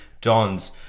Dons